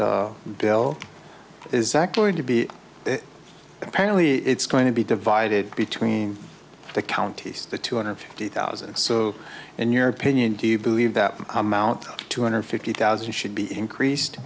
proposed bill is that going to be apparently it's going to be divided between the counties the two hundred fifty thousand so in your opinion do you believe that amount two hundred fifty thousand should be increased